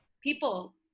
people